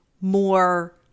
more